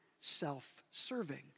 self-serving